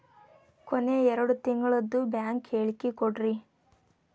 ಕೊನೆ ಎರಡು ತಿಂಗಳದು ಬ್ಯಾಂಕ್ ಹೇಳಕಿ ಕೊಡ್ರಿ